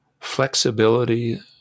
flexibility